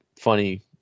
funny